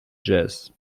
jazz